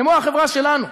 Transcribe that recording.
כמו החברה שלנו.